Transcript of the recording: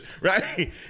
right